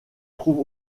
trouve